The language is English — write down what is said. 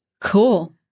Cool